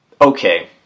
Okay